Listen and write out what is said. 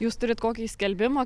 jūs turit kokį skelbimą